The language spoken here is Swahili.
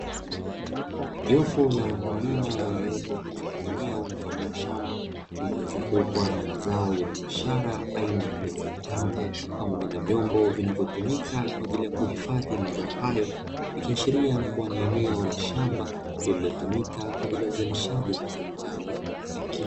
jopo la wakulima waliopo katika eneo mfano wa shamba lililozungukwa na mazao ya biashara aina ya viazi vitamu pamoja na vyombo vinavyotumika kwa ajili ya kuhifadhi mazao hayo, ikiashiria kuwa ni eneo la shamba lililotumika kwa ajili ya uzalishaji wa mazao hayo.